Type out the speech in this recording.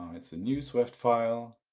it's a new swift file.